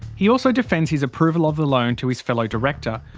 he also defends his approval of the loan to his fellow director.